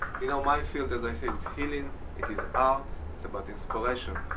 you know my field as i said is healing, it is art, it's about inspiration.